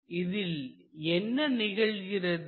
இதில் என்ன நிகழ்கிறது